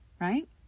right